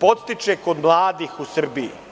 podstiče kod mladih u Srbiji.